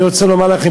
אני רוצה לומר לכם,